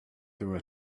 through